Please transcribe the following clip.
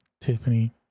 Tiffany